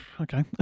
okay